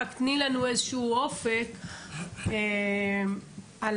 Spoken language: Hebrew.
רק תני לנו איזשהו אופק על מה,